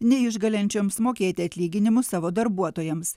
neišgalinčioms mokėti atlyginimus savo darbuotojams